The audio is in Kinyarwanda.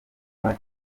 rwa